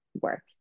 work